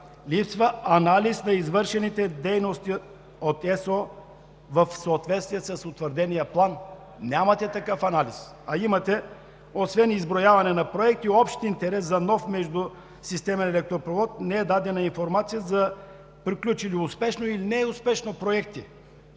липсва анализ на извършените дейности от ЕСО в съответствие с утвърдения план – нямате такъв анализ. Освен изброяване на проекти, имате общ интерес за нов междусистемен електропровод и не е дадена информация за приключили успешно или неуспешно проекти,